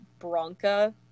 Bronca